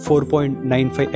4.95